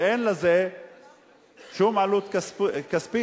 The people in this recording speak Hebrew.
ואין לזה שום עלות כספית.